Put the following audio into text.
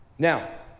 Now